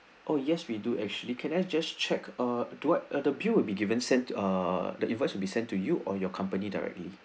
oh yes we do actually can I just check ah do I the bill will be given sent uh the invoice will be sent to you or your company directly